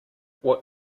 what